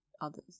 others